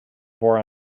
for